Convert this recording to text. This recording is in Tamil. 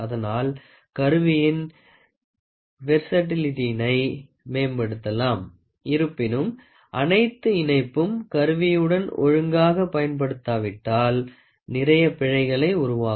அதனால் கருவியின் வெர்சட்டிலிட்டியினை மேம்படுத்தலாம் இருப்பினும் அனைத்து இணைப்பும் கருவியுடன் ஒழுங்காக பயன்படுத்தப்படாவிட்டால் நிறைய பிழைகளை உருவாக்கும்